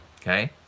Okay